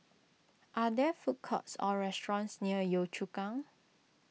are there food courts or restaurants near Yio Chu Kang